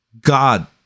God